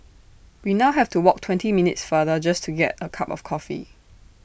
we now have to walk twenty minutes farther just to get A cup of coffee